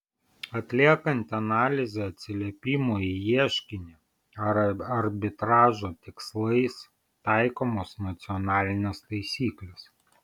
atliekant analizę atsiliepimo į ieškinį ar arbitražo tikslais taikomos nacionalinės taisyklės